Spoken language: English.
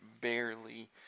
barely